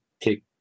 take